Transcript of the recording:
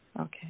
Okay